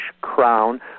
crown